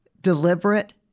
deliberate